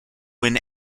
win